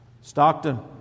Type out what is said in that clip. Stockton